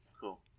Cool